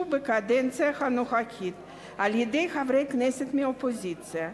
בקדנציה הנוכחית על-ידי חברי כנסת מאופוזיציה,